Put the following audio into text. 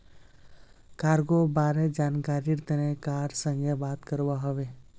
cargo बारे जानकरीर तने कार संगे बात करवा हबे